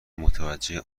متوجه